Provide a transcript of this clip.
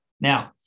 Now